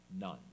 none